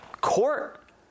Court